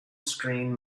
screen